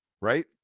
right